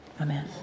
amen